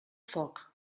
foc